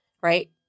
right